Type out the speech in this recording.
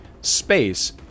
space